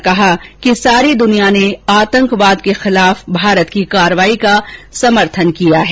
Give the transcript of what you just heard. उन्होंने कहा कि सारी दुनिया ने आतंकवाद के खिलाफ भारत की कार्रवाई का समर्थन किया है